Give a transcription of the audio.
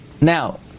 Now